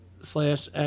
slash